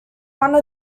one